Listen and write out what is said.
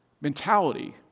mentality